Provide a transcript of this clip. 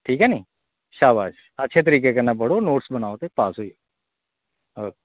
ठीक ऐ नी शाबाश अच्छे तरीकै कन्नै पढ़ो ते नोटस बनाओ पास होई जाओ